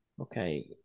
Okay